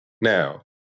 Now